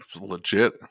legit